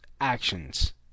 actions